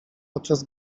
podczas